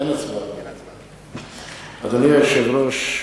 אדוני היושב-ראש,